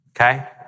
Okay